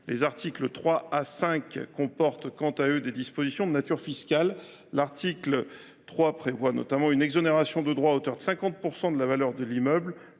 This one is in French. Les articles 3 à 5 comportent, quant à eux, des dispositions de nature fiscale. L’article 3 prévoit notamment une exonération de droits à hauteur de 50 % de la valeur de l’immeuble